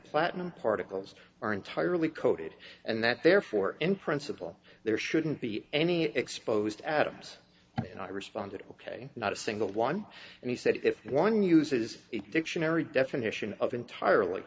platinum particles are entirely coated and that therefore in principle there shouldn't be any exposed atoms and i responded ok not a single one and he said if one uses a dictionary definition of entirely